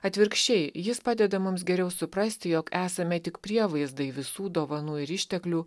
atvirkščiai jis padeda mums geriau suprasti jog esame tik prievaizdai visų dovanų ir išteklių